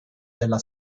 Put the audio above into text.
della